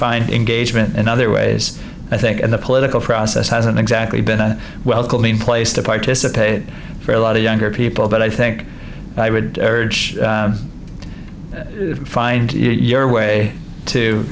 find engagement in other ways i think in the political process hasn't exactly been a welcoming place to participate for a lot of younger people but i think i would find your way to